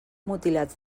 mutilats